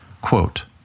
quote